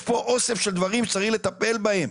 יש פה אוסף של דברים שצריך לטפל בהם,